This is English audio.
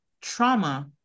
trauma